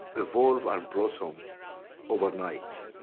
evolve and blossom overnight,